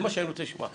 זה מה שאני רוצה לשמוע.